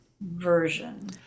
version